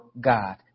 God